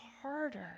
harder